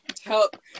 help